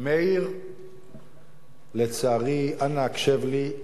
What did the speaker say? מאיר, לצערי אנא הקשב לי,